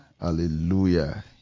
Hallelujah